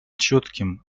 четким